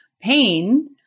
pain